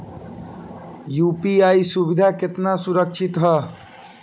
UPI सुविधा केतना सुरक्षित ह?